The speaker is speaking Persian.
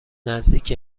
نزدیک